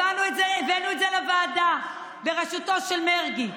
הבאנו את זה לוועדה בראשותו של מרגי.